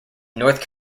north